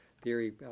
theory